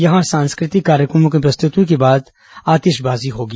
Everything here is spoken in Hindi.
यहां सांस्कृतिक कार्यक्रमों की प्रस्तृति के बाद आतिशबाजी होगी